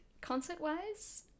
concert-wise